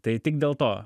tai tik dėl to